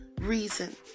reason